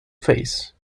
face